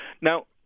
Now